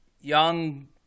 Young